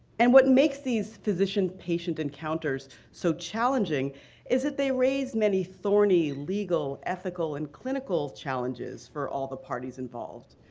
and what makes these physician-patient encounters so challenging is that they raise many thorny legal, ethical, and clinical challenges for all the parties involved.